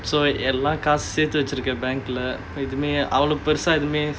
so எல்லா காசு சேர்த்து வெச்சி இருக்கேன்:ellaa kaasu sethu vechi irukkaen bank leh